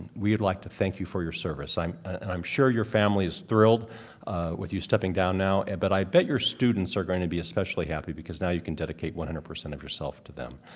we would like to thank you for your service. and i'm sure your family is thrilled with you stepping down now and but i bet your students are going to be especially happy because now you can dedicate one hundred percent of yourself to them.